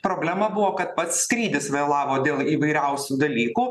problema buvo kad pats skrydis vėlavo dėl įvairiausių dalykų